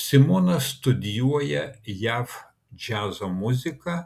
simona studijuoja jav džiazo muziką